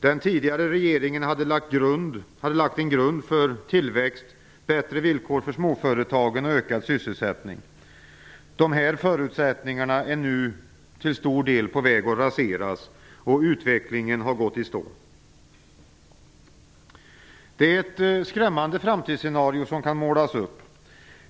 Den tidigare regeringen hade lagt en grund för tillväxt, bättre villkor för småföretagen och ökad sysselsättning. Dessa förutsättningar är nu till stor del på väg att raseras. Utvecklingen har gått i stå. Det är ett skrämmande framtidsscenario som kan målas upp.